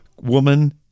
woman